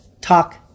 talk